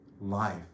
life